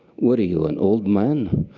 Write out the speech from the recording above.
what are you, an old man?